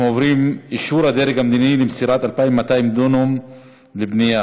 אנחנו עוברים לאישור הדרג המדיני למסירת 2,200 דונם לבניית